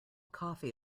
coffee